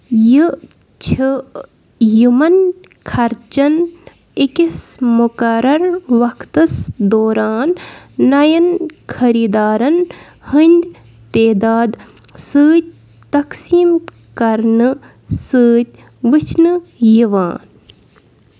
یہِ چھِ یِمَن خرچَن أکِس مُقرر وَقتَس دوران نَوٮ۪ن خٔریٖدارن ہٕنٛدۍ تعداد سۭتۍ تقسیٖم کرنہٕ سۭتۍ وٕچھنہٕ یِوان